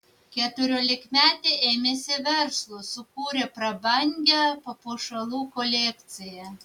keturiolikmetė ėmėsi verslo sukūrė prabangią papuošalų kolekciją